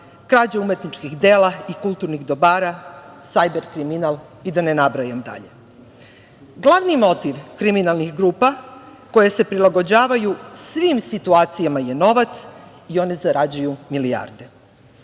krađa umetničkih dela i kulturnih dobara, sajber kriminal i da ne nabrajam dalje. Glavni motiv kriminalnih grupa koje se prilagođavaju svim situacijama je novac i one zarađuju milijarde. Upravo